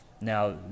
now